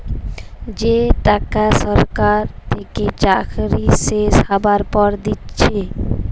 যে টাকা সরকার থেকে চাকরি শেষ হ্যবার পর দিচ্ছে